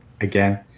again